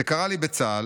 זה קרה לי בצה"ל,